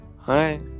Hi